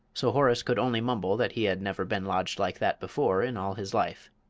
so horace could only mumble that he had never been lodged like that before in all his life.